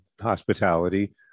hospitality